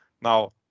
Now